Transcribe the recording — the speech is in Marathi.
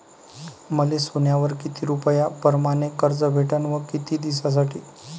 मले सोन्यावर किती रुपया परमाने कर्ज भेटन व किती दिसासाठी?